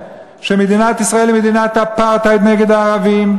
שמדינת ישראל היא מדינת אפרטהייד נגד הערבים,